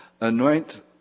anoint